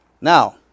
Now